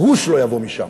גרוש לא יבוא משם.